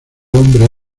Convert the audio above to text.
hombre